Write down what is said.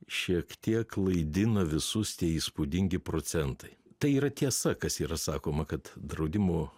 šiek tiek klaidina visus tie įspūdingi procentai tai yra tiesa kas yra sakoma kad draudimo